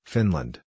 Finland